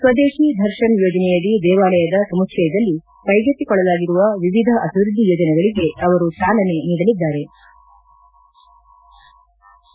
ಸ್ತದೇಶಿ ದರ್ಶನ್ ಯೋಜನೆಯಡಿ ದೇವಾಲಯದ ಸಮುಚ್ಯಯದಲ್ಲ ಕೈಗೆತ್ತಿಕೊಳ್ಟಲಾಗಿರುವ ವಿವಿಧ ಅಭವೃದ್ದಿ ಯೋಜನೆಗಳಗೆ ಅವರು ಚಾಲನೆ ನೀಡಅದ್ದಾರೆ